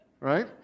right